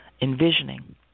envisioning